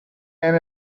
and